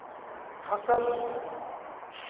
फसल